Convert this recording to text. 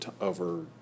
over